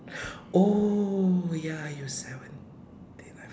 oh ya you seventeen